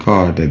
God